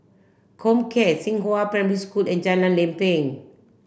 Comcare Xinghua Primary School and Jalan Lempeng